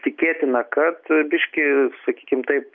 tikėtina kad biškį sakykim taip